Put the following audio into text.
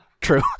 True